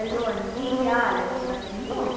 hello हां जी केह् हाल ऐ तुंदा ठीक हो